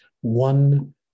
one